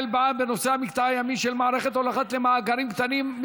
בע"מ בנושא המקטע הימי של מערכת הולכה למאגרים קטנים.